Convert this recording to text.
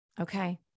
okay